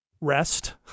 rest